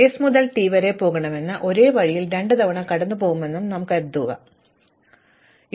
അതിനാൽ എനിക്ക് s മുതൽ t വരെ പോകണമെന്നും ഒരേ വഴിയിൽ രണ്ടുതവണ കടന്നുപോകുമെന്നും ഞാൻ കരുതുന്നുവെന്നും കരുതുക